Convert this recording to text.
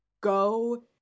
go